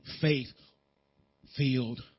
faith-filled